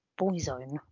Boyzone